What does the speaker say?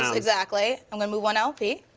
and exactly. i'm gonna move one lp.